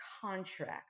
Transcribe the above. contract